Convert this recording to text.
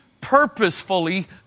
purposefully